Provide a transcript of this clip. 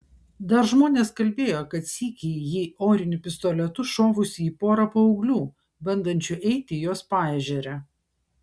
dar žmonės kalbėjo kad sykį ji oriniu pistoletu šovusi į porą paauglių bandančių eiti jos paežere